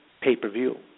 pay-per-view